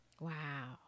Wow